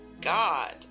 God